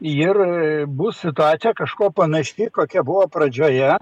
ir bus situacija kažkuo panaši kokia buvo pradžioje